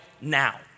now